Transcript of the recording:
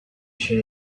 chez